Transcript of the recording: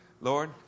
Lord